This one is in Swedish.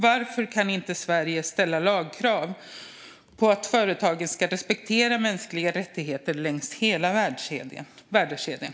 Varför kan inte Sverige ställa lagkrav på att företagen ska respektera mänskliga rättigheter längs hela värdekedjan?